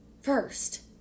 first